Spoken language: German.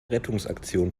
rettungsaktion